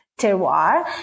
terroir